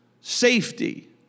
safety